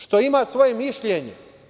Što ima svoje mišljenje.